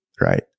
right